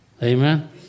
Amen